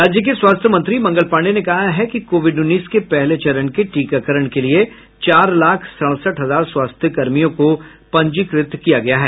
राज्य के स्वास्थ्य मंत्री मंगल पांडे ने कहा है कि कोविड उन्नीस के पहले चरण के टीकाकरण के लिए चार लाख सड़सठ हजार स्वास्थ्यकर्मियों को पंजीकृत किया गया है